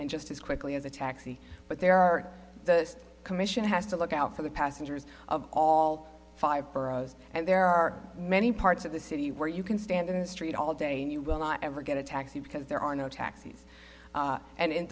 and just as quickly as a taxi but there are the commission has to look out for the passengers of all five boroughs and there are many parts of the city where you can stand in the street all day and you will not ever get a taxi because there are no taxis and in